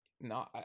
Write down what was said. No